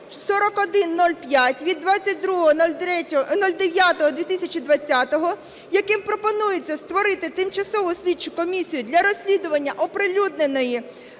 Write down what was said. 4105 від 22.09.2020), яким пропонується створити Тимчасову слідчу комісію для розслідування оприлюдненої